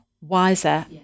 wiser